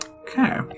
Okay